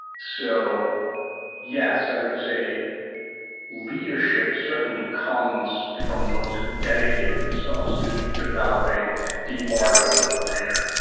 so yes, i would say leadership certainly comes from those who dedicate themselves to developing the art of the warrior.